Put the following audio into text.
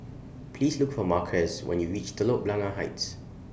Please Look For Marquez when YOU REACH Telok Blangah Heights